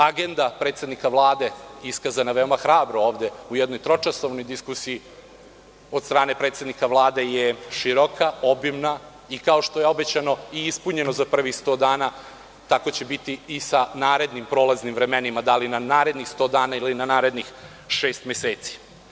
Agenda predsednika Vlade, iskazana veoma hrabro ovde u jednoj tročasovnoj diskusiji od strane predsednika Vlade, je široka, obimna i kao što je obećano i ispunjeno za prvih 100 dana, tako će biti i sa narednim prolaznim vremenima, da li na narednih 100 dana ili na narednih šest meseci.